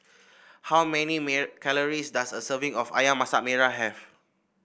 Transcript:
how many calories does a serving of ayam Masak Merah have